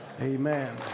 Amen